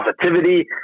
positivity